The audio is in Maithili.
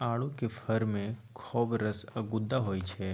आड़ू केर फर मे खौब रस आ गुद्दा होइ छै